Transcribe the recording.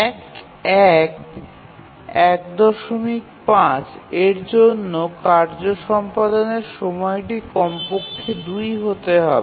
১ ১ ১৫ এর জন্য কার্য সম্পাদনের সময়টি কমপক্ষে ২হতে হবে